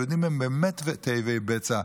היהודים הם באמת תאבי בצע.